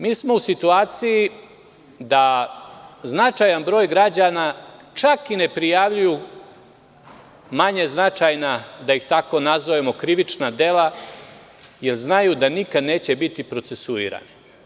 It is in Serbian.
Mi smo u situaciji da značajan broj građana čak i ne prijavljuju manje značajna, da ih tako nazovemo, krivična dela, jer znaju da nikad neće biti procesiuirani.